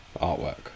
artwork